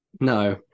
No